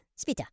Spita